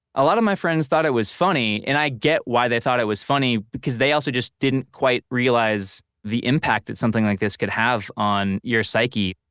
a lot of my friends thought it was funny and i get why they thought it was funny because they just didn't quite realize the impact that something like this could have on your psyche.